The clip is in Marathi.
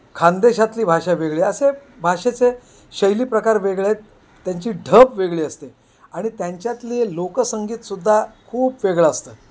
खानदेशातली भाषा वेगळी असे भाषेचे शैली प्रकार वेगळे आहेत त्यांची ढब वेगळी असते आणि त्यांच्यातली लोकसंगीतसुद्धा खूप वेगळं असतं